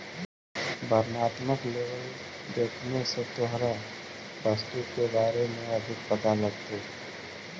वर्णात्मक लेबल देखने से तोहरा वस्तु के बारे में अधिक पता लगतो